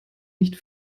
nicht